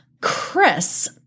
Chris